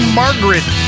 margaret